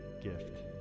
gift